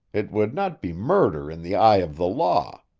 it would not be murder in the eye of the law.